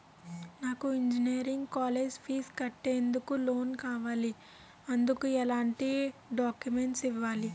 నాకు engineering college fees కట్టేందుకు loan కావాలి, ఎందుకు ఎలాంటి డాక్యుమెంట్స్ ఇవ్వాలి?